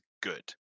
good